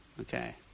Okay